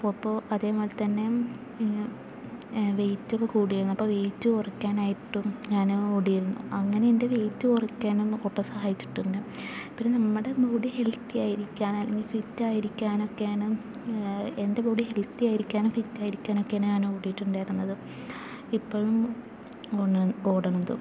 അതേപോലെത്തന്നെ വെയ്റ്റൊക്കെ കൂടിയിരുന്നു അപ്പോൾ വെയ്റ്റ് കുറയ്ക്കാനായിട്ടും ഞാൻ ഓടിയിരുന്നു അങ്ങനെ എൻ്റെ വെയ്റ്റ് കുറയ്ക്കാനും ഓട്ടം സഹായിച്ചിട്ടുണ്ട് പിന്നെ നമ്മുടെ ബോഡി ഹെൽത്തി ആയിരിക്കാൻ അല്ലെങ്കിൽ ഫിറ്റായിരിക്കാനൊക്കെയാണ് എൻ്റെ ബോഡി ഹെൽത്തി ആയിരിക്കാനും ഫിറ്റായിരിക്കാനോക്കെ ഞാൻ ഓടിയിട്ടുണ്ടായിരുന്നത് ഇപ്പോഴും ഓടാൻ ഓടണത്